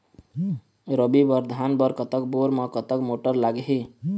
रबी बर धान बर कतक बोर म कतक मोटर लागिही?